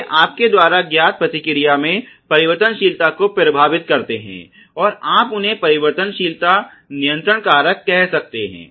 वे आपके द्वारा ज्ञात प्रतिक्रिया में परिवर्तनशीलता को प्रभावित करते हैं और आप उन्हे परिवर्तनशीलता नियंत्रण कारक कह सकते हैं